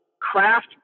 Craft